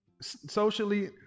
socially